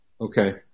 Okay